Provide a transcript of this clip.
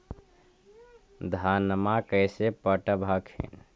धन्मा कैसे पटब हखिन?